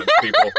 people